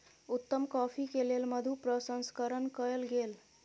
उत्तम कॉफ़ी के लेल मधु प्रसंस्करण कयल गेल